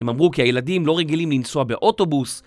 הם אמרו כי הילדים לא רגילים לנסוע באוטובוס